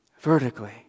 Vertically